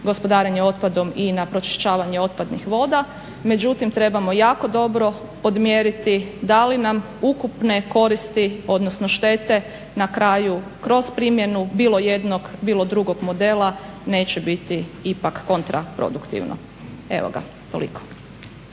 gospodarenje otpadom i na pročišćavanje otpadnih voda. Međutim, trebamo jako dobro odmjeriti da li nam ukupne koristi, odnosno štete na kraju kroz primjenu bilo jednog, bilo drugog modela neće biti ipak kontra produktivno. Evo toliko.